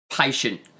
patient